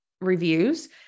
reviews